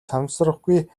санамсаргүй